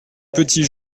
petit